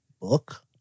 book